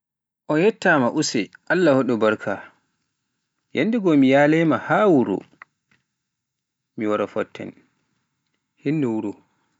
On yettama use, Allah waɗu barka, yanndegoo mi yalai maa haa wuro mi wara fotten, hinnu wuro.